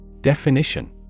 Definition